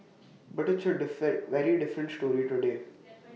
but it's A differ very different story today